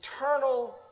eternal